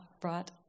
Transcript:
brought